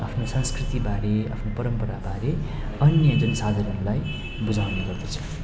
आफ्नो संस्कृतिबारे आफ्नो परम्पराबारे अन्य जनसाधारणलाई बुझाउने गर्दछ